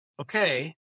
okay